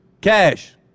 Cash